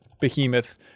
behemoth